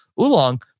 Oolong